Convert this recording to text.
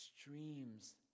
streams